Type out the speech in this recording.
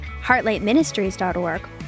HeartlightMinistries.org